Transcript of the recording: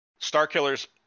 Starkiller's